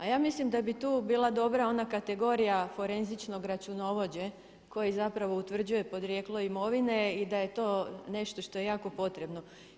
A ja mislim da bi tu bila dobro ona kategorija forenzičnog računovođe koji zapravo utvrđuje podrijetlo imovine i da je to nešto što je jako potrebno.